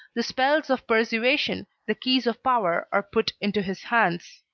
the spells of persuasion, the keys of power are put into his hands.